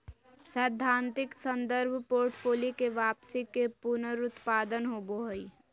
सैद्धांतिक संदर्भ पोर्टफोलि के वापसी के पुनरुत्पादन होबो हइ